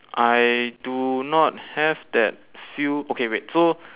I do not have that few okay wait so